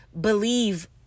believe